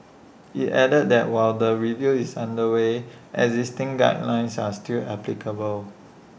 IT added that while the review is under way existing guidelines are still applicable